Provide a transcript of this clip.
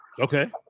Okay